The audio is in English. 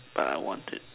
but I want it